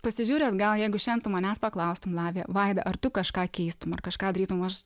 pasižiūri atgal jeigu šian tu manęs paklaustum lavija vaida ar tu kažką keistum ar kažką darytum aš